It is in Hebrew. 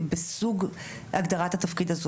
בבסיס אם אין לי את ההגדרה שהסייעת,